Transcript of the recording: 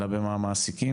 אלא במה מעסיקים,